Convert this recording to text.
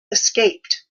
escaped